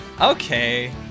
Okay